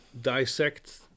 dissect